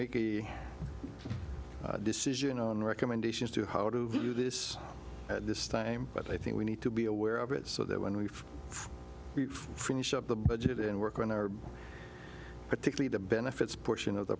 make a decision on recommendations to how to view this at this time but i think we need to be aware of it so that when we finish up the budget and work on our particularly the benefits portion of the